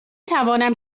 توانم